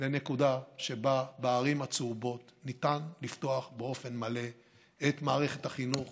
לנקודה שבה ניתן לפתוח באופן מלא את מערכת החינוך